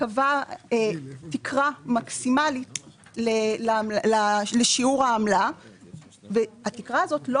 קבע תקרה מקסימלית לשיעור העמלה והתקרה הזאת לא